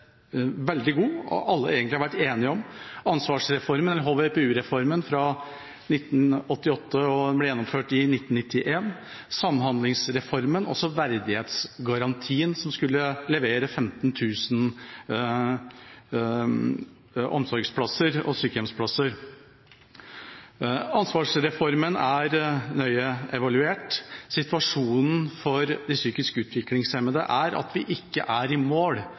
veldig god, og som alle egentlig har vært enige om: ansvarsreformen, eller HVPU-reformen, fra 1988, som ble gjennomført i 1991, samhandlingsreformen og verdighetsgarantien, som skulle levere 15 000 omsorgsplasser og sykehjemsplasser. Ansvarsreformen er nøye evaluert. Situasjonen for de psykisk utviklingshemmede er at vi ikke er i mål,